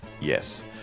yes